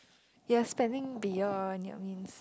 you're spending beyond on your means